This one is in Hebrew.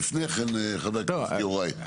לפני כן, חבר הכנסת יוראי.